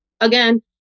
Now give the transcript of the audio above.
again